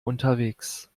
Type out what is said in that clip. unterwegs